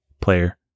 player